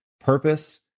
purpose